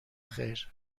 خیر